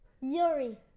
Yuri